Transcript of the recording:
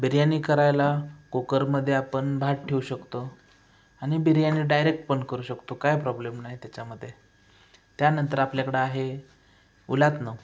बिर्याणी करायला कुकरमध्ये आपण भात ठेवू शकतो आणि बिर्याणी डायरेक्ट पण करू शकतो काय प्रॉब्लेम नाही त्याच्यामध्ये त्यानंतर आपल्याकडं आहे उलथनं